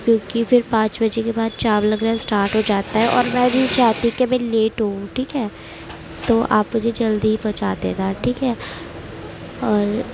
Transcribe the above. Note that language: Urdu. کیونکہ پھر پانچ بجے کے بعد جام لگنا اسٹارٹ ہو جاتا ہے اور میں نہیں چاہتی کہ میں لیٹ ہوؤں ٹھیک ہے تو آپ مجھے جلدی ہی پہنچا دینا ٹھیک ہے اور